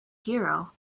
hero